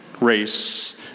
race